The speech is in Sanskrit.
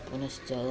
पुनश्च